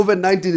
COVID-19